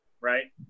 right